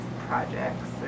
projects